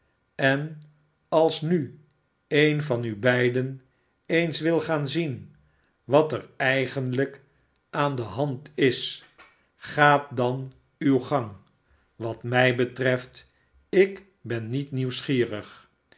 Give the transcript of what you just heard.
en als nu een van u beiden eens wil gaan zien wat er eigenlijk aan de hand is gaat dan uw gang wat mij betreft ik ben niet nieuwsgierig